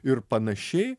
ir panašiai